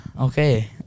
Okay